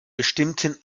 bestimmten